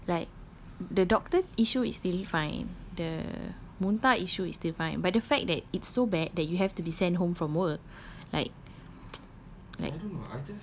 no but like the doctor issue is still fine the muntah issue is still fine but the fact that it's so bad that you have to be sent home from work like like